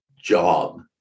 job